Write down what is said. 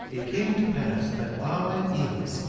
it came to pass that i, enos,